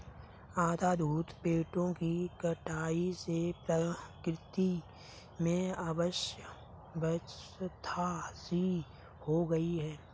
अंधाधुंध पेड़ों की कटाई से प्रकृति में अव्यवस्था सी हो गई है